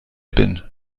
bin